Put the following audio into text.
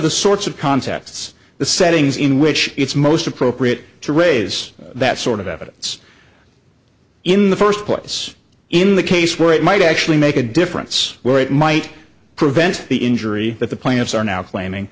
the sorts of contexts the settings in which it's most appropriate to raise that sort of evidence in the first place in the case where it might actually make a difference where it might prevent the injury that the plaintiffs are now claiming